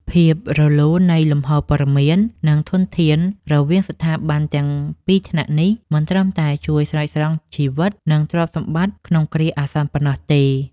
ភាពរលូននៃលំហូរព័ត៌មាន និងធនធានរវាងស្ថាប័នទាំងពីរថ្នាក់នេះ មិនត្រឹមតែជួយស្រោចស្រង់ជីវិត និងទ្រព្យសម្បត្តិក្នុងគ្រាអាសន្នប៉ុណ្ណោះទេ។